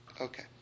Okay